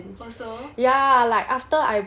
also